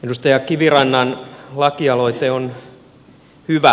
edustaja kivirannan lakialoite on hyvä